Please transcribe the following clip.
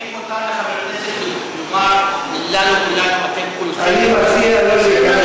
האם מותר לחבר כנסת לומר לנו, כולנו: אתם כולכם,